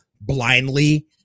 blindly